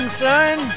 son